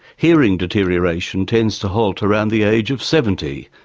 hearing deterioration tends to halt around the age of seventy.